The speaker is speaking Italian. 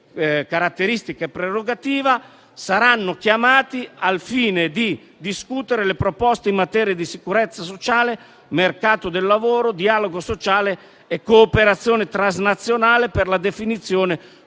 a questo tipo di prerogativa saranno chiamati al fine di discutere delle proposte in materia di sicurezza sociale, mercato del lavoro, dialogo sociale e cooperazione transnazionale per la definizione